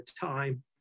time